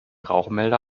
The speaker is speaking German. rauchmelder